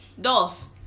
Dos